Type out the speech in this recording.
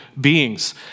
beings